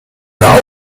war